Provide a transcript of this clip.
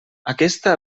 aquesta